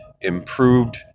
improved